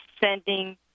sending